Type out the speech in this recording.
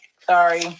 Sorry